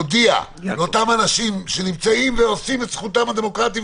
מודיע לאותם אנשים שנמצאים ועושים את זכותם הדמוקרטית,